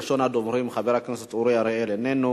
ראשון הדוברים הוא חבר הכנסת אורי אריאל, איננו.